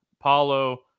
paulo